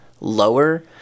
lower